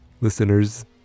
listeners